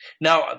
Now